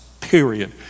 period